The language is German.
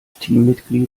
teammitglied